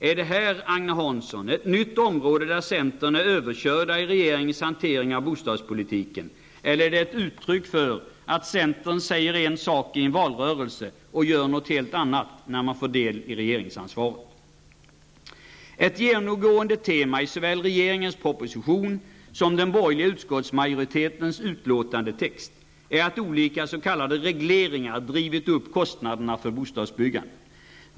Är detta, Agne Hansson, ett nytt område där centern är överkörd av regeringens hantering av bostadspolitiken, eller är det ett uttryck för att centern säger en sak i en valrörelse och gör något helt annat när den fått del i regeringsansvaret? Ett genomgående tema såväl i regeringens proposition som i den borgerliga utskottsmajoritetens utlåtandetext är att olika s.k. regleringar drivit upp kostnaderna för bostadsbyggandet.